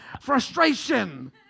frustration